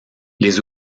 les